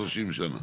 לפני 30 שנה.